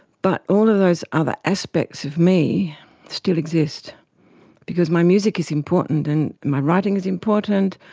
but all of those other aspects of me still exist because my music is important and my writing is important,